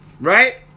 Right